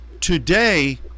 today